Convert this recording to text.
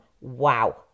Wow